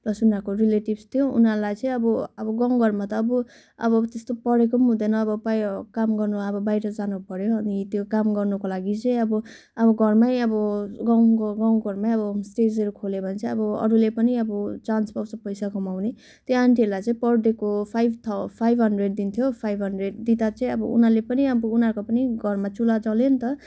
pulse उनीहरूको relatives थियो उनीहरूलाई चाहिँ अब गाँउ घरमा त अब अब त्यस्तो पढेको पनि हुँदैन अब प्राय काम गर्नु अब बाहिरा जानुपऱ्यो अनि त्यो काम गर्नुको लागि चाहिँ अब अब घरमै अब गाउँ गाउँघरमै अब होमस्टेहरू खोल्यो भने चाहिँ अब अरूले पनि अब चान्स पाँउछ पैसा कमाउने त्यो आन्टीहरूलाई चाहिँ पर डेको फाइभ थाउ फाइभ हन्ड्रेड दिन्थ्यो फाइभ हन्ड्रेड दिँदा चाहिँ उनीहरू पनि अब उनीहरूको पनि घरमा चुला जल्यो नि त